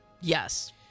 Yes